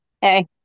Hey